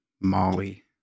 Molly